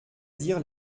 dire